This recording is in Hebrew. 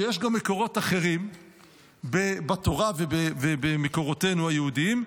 אני חייב לומר שיש גם מקורות אחרים בתורה ובמקורותינו היהודיים,